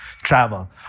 travel